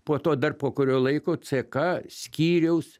po to dar po kurio laiko ck skyriaus